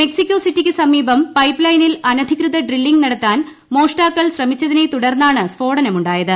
Mexico സിറ്റിക്ക് സമീപം പൈപ്പ്ലൈനിൽ അനധികൃത ഡ്രില്ലിങ് നടത്താൻ മോഷ്ടാക്കൾ ശ്രമിച്ചതിനെ തുടർന്നാണ് സ്ഫോടനം ഉണ്ടായത്